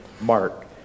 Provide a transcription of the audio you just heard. Mark